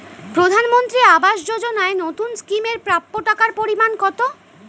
প্রধানমন্ত্রী আবাস যোজনায় নতুন স্কিম এর প্রাপ্য টাকার পরিমান কত?